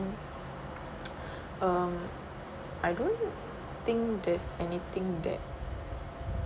um I don't think there's anything that